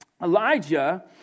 Elijah